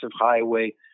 highway